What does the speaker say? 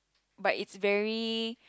but it's very